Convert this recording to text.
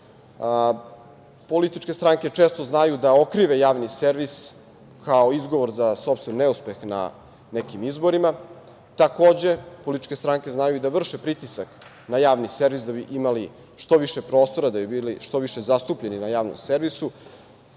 Političke stranke često znaju da okrive javni servis kao izgovor za sopstveni neuspeh na nekim izborima. Takođe, političke stranke znaju i da vrše pritisak na javni servis da bi imali što više prostora, da bi bili što više zastupljeni na javnom servisu. Što